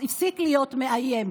שהפסיק להיות מאיים.